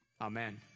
Amen